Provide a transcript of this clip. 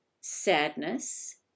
sadness